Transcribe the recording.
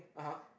(uh huh)